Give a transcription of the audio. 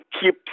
keep